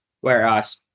Whereas